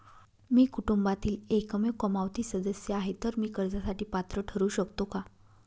मी कुटुंबातील एकमेव कमावती सदस्य आहे, तर मी कर्जासाठी पात्र ठरु शकतो का?